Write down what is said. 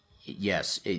Yes